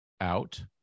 out